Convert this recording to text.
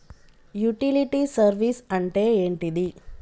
Utility service అంటే ఏంటిది?